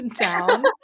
down